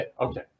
Okay